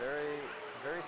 very very